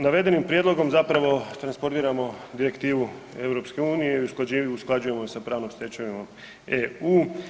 Navedenim prijedlogom zapravo transpordiramo direktivu EU i usklađujemo sa pravnom stečevinom EU.